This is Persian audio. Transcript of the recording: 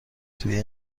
توی